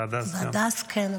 והדס, כן.